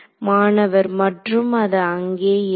மாணவர் மற்றும் அது அங்கே இருந்து